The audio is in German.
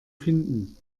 finden